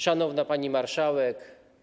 Szanowna Pani Marszałek!